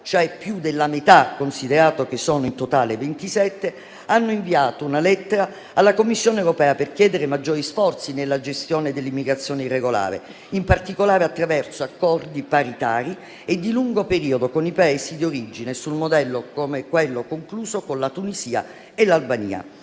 cioè più della metà considerato che sono in totale 27, hanno inviato una lettera alla Commissione europea per chiedere maggiori sforzi nella gestione dell'immigrazione irregolare, in particolare attraverso accordi paritari e di lungo periodo con i Paesi di origine, sul modello di quello concluso con la Tunisia e l'Albania.